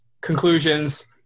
conclusions